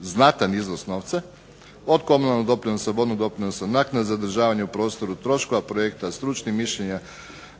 znatan iznos novca, od komunalnog doprinosa, vodnog doprinosa, naknade za održavanje u prostoru, troškova projekta, stručnih mišljenja,